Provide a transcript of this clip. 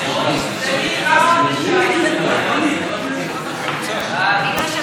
מס' 2), התשע"ח 2018, לוועדת הכלכלה נתקבלה.